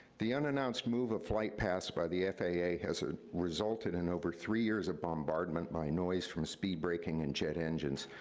the unannounced move of flight paths by the faa has ah resulted in over three years of bombardment by noise from speed breaking and jet engines.